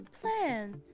plan